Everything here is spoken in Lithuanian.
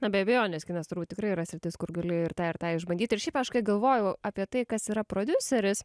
na be abejonės kinas turbūį tikrai yra sritis kur gali ir tą ir tą išbandyti ir šiaip aš kai galvoju apie tai kas yra prodiuseris